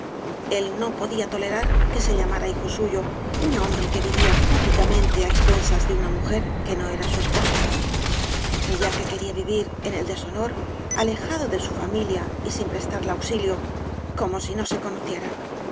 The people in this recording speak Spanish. el no podía tolerar que se llamara hijo suyo un hombre que vivía públicamente á expensas da una mujer que no era su esposa ya que quería vivir en el deshonor alejido de su familia y sin prestarla auxilio como hi no se conocieran